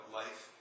life